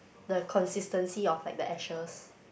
the consistency of like the ashes